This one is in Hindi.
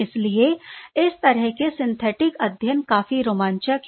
इसलिए इस तरह के सिंथेटिक अध्ययन काफी रोमांचक हैं